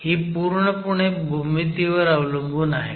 ही पूर्णपणे भूमितीवर अवलंबून आहे